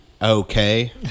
Okay